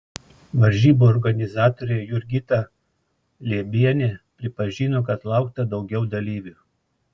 varžybų organizatorė jurgita liebienė pripažino kad laukta daugiau dalyvių